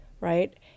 right